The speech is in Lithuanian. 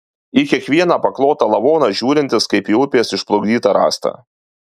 į kiekvieną paklotą lavoną žiūrintis kaip į upės išplukdytą rąstą